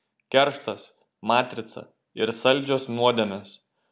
kerštas matrica ir saldžios nuodėmės